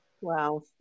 Wow